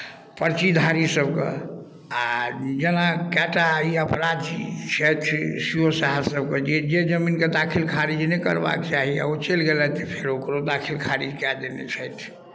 पर्चीधारी सभके आ जेना कए टा ई अपराधी छथि सी ओ साहेब सभके जे जे जमीनके दाखिल खारिज नहि करबाक चाही आ ओ चलि गेलथि से ओकरो दाखिल खारिज कए देने छथि